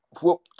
whoop